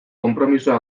konpromiso